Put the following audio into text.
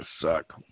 suck